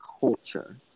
culture